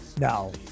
No